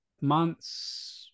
months